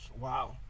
wow